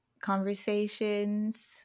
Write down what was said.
conversations